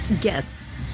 guess